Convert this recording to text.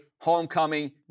Homecoming